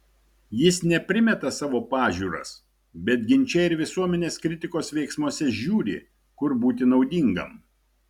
jis ne primeta savo pažiūras bet ginče ir visuomenės kritikos veiksmuose žiūri kur būti naudingam